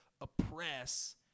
oppress